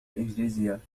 الإنجليزية